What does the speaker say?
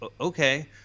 okay